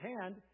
hand